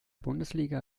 bundesliga